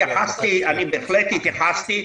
בהחלט התייחסתי.